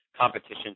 competition